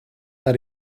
that